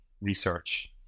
research